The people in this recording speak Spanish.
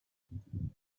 dan